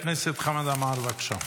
חבר הכנסת חמד עמאר, בבקשה.